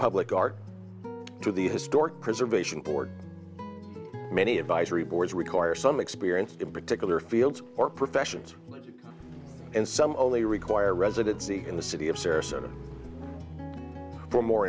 public art to the historic preservation board many advisory boards require some experience in particular fields or professions and some only require residency in the city of sarasota for more